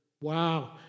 Wow